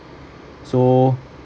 so